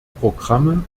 programme